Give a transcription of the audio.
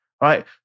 right